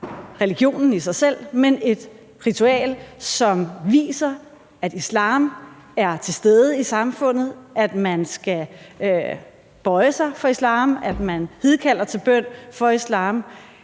religionen i sig selv, men et ritual, som viser, at islam er til stede i samfundet, at folk skal bøje sig for islam, at man hidkalder til bøn for islam.